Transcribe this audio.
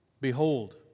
Behold